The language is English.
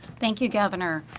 thank you governor.